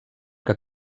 que